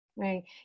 Right